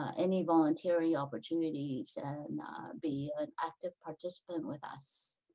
any volunteering opportunities and be an active participant with us.